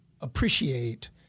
appreciate